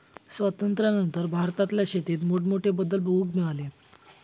स्वातंत्र्यानंतर भारतातल्या शेतीत मोठमोठे बदल बघूक मिळाले